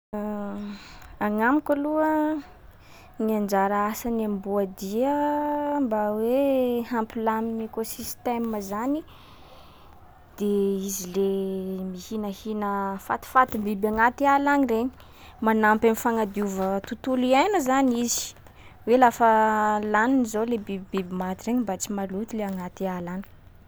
Agnamiko aloha, gny anjara asan’ny amboadia mba hoe hampilaminy ekôsistema zany, de izy le mihinahina fatifatim-biby agnaty ala agny regny. Manampy am'fagnadiova tontolo iaina zany izy, hoe lafa laniny zao le bibibiby maty regny mba tsy maloto le agnaty ala agny.